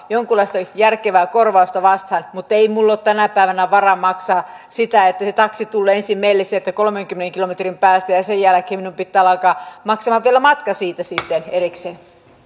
jonkunlaista järkevää korvausta vastaan mutta ei minulla ole tänä päivänä varaa maksaa sitä että se taksi tulee ensin meille sieltä kolmenkymmenen kilometrin päästä ja sen jälkeen minun pitää alkaa maksamaan vielä matka siitä sitten erikseen